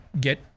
get